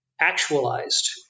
actualized